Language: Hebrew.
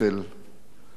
הכבד ביותר